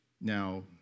Now